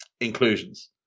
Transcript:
inclusions